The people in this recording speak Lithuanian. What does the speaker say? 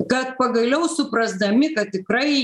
kad pagaliau suprasdami kad tikrai